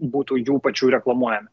būtų jų pačių reklamuojami